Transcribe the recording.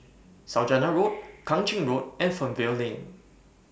Saujana Road Kang Ching Road and Fernvale Lane